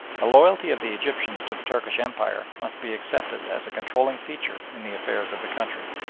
the loyalty of the egyptians to the turkish empire must be accepted as a controlling feature in the affairs of the country.